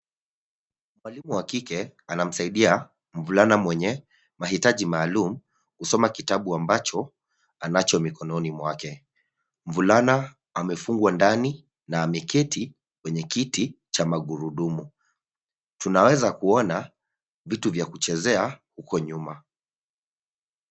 Mwalimu wa kike anamsaidia mvulana mwenye mahitaji maaalum kusoma kitabu ambacho anacho mikononi mwake. Mvulana amefungwa ndani na ameketi kwenye kiti cha magurudumu. Tunaweza kuona vitu vya kuchezea huko nyuma.